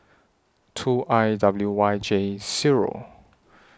two I W Y J Zero